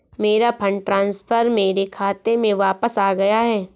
मेरा fund transfer मेरे खाते में वापस आ गया है